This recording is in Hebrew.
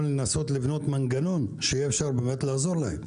גם לנסות לבנות מנגנון שיהיה אפשר באמת לעזור להם.